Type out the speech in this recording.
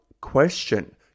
question